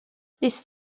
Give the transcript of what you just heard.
this